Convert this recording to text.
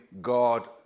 God